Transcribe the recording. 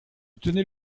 tenais